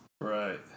Right